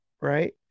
right